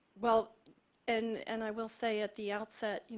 well and and i will say at the outset, you